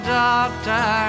doctor